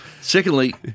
Secondly